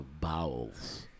bowels